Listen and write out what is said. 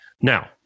Now